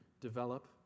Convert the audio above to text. develop